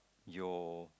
your